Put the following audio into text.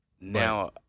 Now